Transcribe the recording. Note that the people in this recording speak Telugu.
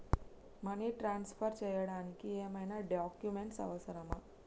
మనీ ట్రాన్స్ఫర్ చేయడానికి ఏమైనా డాక్యుమెంట్స్ అవసరమా?